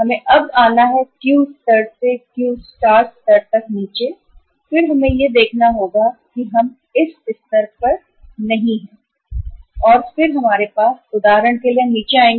हमें अब आना है क्यू स्तर से क्यू स्टार स्तर तक नीचे और फिर हमें यह देखना होगा कि हम इस स्तर पर हैं और फिर हम उदाहरण के लिए नीचे आएंगे